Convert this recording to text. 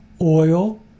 oil